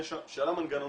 שאלה מנגנונית,